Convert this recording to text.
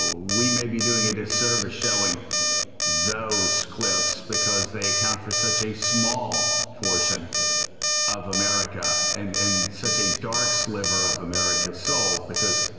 we may be doing a disservice showing those clips because they account for such a small portion of america and and such a dark sliver of america's soul because,